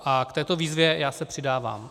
K této výzvě já se přidávám.